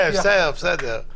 בסדר.